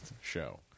show